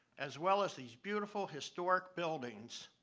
as well as these beautiful historic buildings,